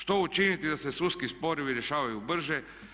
Što učiniti da se sudski sporovi rješavaju brže?